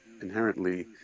inherently